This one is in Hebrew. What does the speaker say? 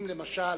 אם למשל